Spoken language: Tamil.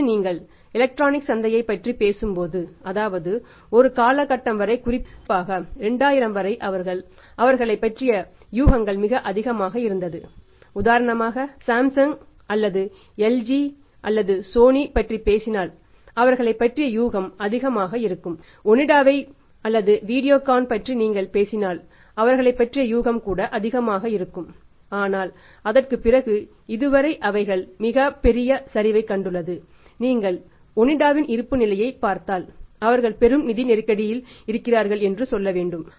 இப்போது நீங்கள் எலக்ட்ரானிக்ஸ் சந்தையைப் பற்றி பேசும்போது அதாவது ஒரு காலகட்டம் வரை குறிப்பாக 2000 வரை அவர்களைப் பற்றிய யூகங்கள் மிக அதிகமாக இருந்தது உதாரணமாக சாம்சங் இருப்புநிலைப் பார்த்தாள் அவர்கள் பெரும் நிதி நெருக்கடி இருக்கிறார்கள் என்று சொல்ல வேண்டும்